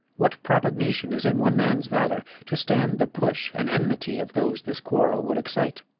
what propugnation is in one man's valour to stand the push and enmity of those this quarrel would excite?